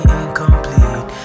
incomplete